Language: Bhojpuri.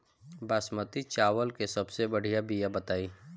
बासमती चावल के सबसे बढ़िया बिया बताई?